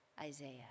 Isaiah